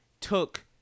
took